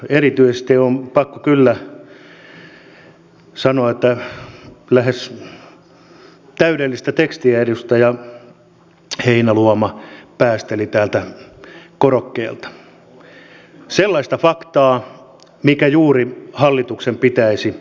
erityisesti on pakko kyllä sanoa että lähes täydellistä tekstiä edustaja heinäluoma päästeli täältä korokkeelta sellaista faktaa mikä juuri hallituksen pitäisi huomioida